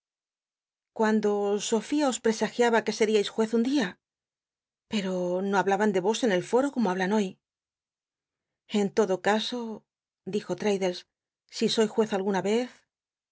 cuando sofía os presagiaba que sel'iais juez un dia pero no hablaban de ros en el foro como hablan hoy en lodo caso dijo traddles si soy juez alguna vez